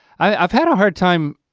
i've had a hard time.